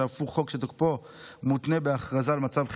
שאף הוא חוק שתוקפו מותנה בהכרזה על מצב חירום.